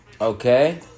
Okay